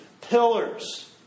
Pillars